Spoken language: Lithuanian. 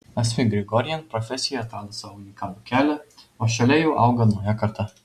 asmik grigorian profesijoje atrado savo unikalų kelią o šalia jau auga nauja karta